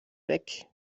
weg